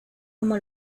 como